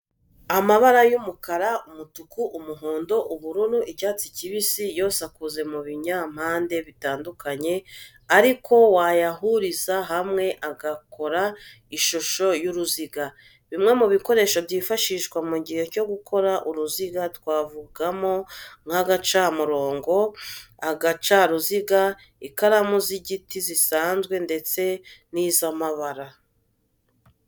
Amabara y'umukara, umutuku, umuhondo, ubururu, icyatsi kibisi yose akoze mu binyampande bitandukanye ariko wayahuriza hamwe agakora ishusho y'uruziga. Bimwe mu bikoresho byifashishijwe mu gihe cyo gukora uru ruziga, twavugamo nk'agacamurongo, agacaruziga, ikaramu z'igiti zisanzwe ndetse n'iz'amabara.